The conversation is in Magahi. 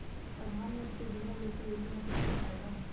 प्रधानमंत्री जीवन ज्योति योजना के की फायदा हई?